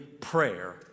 prayer